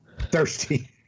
thirsty